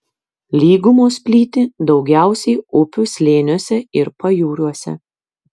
lygumos plyti daugiausiai upių slėniuose ir pajūriuose